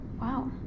Wow